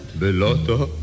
beloto